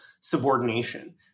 subordination